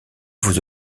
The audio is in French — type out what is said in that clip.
vous